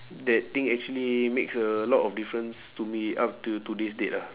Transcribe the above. that thing actually makes a lot of difference to me up till today's date ah